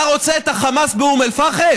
אתה רוצה את החמאס באום אל-פחם.